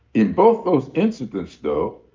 in both those incidents though,